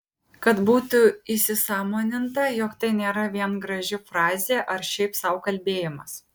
kad būtų įsisąmoninta jog tai nėra vien graži frazė ar šiaip sau kalbėjimas